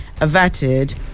averted